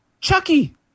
Chucky